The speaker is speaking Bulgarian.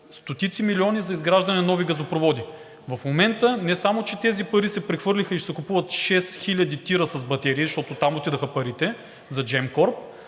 стотици милиони за изграждане на нови газопроводи. В момента не само че тези пари се прехвърлиха и се купуват шест хиляди тира с батерии, защото там отидоха парите – за